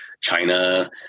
China